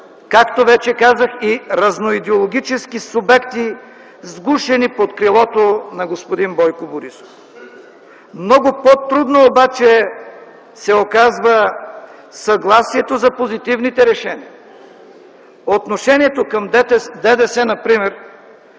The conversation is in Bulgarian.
както вече казах, и разноидеологически субекти, сгушени под крилото на господин Бойко Борисов. Много по-трудно обаче се оказва съгласието за позитивните решения. Отношението към ДДС например